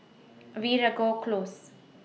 Veeragoo Close